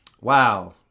wow